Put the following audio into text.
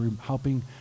helping